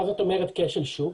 מה זאת אומרת כשל שוק?